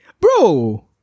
bro